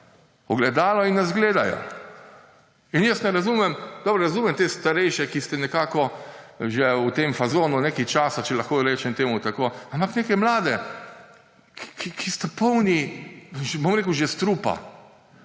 ogledalo in nas gledajo. In jaz ne razumem. Dobro, razumem te starejše, ki ste nekako že v tem fazonu nekaj časa, če lahko rečem temu tako, ampak neke mlade, ki ste polni, bom rekel, že strupa,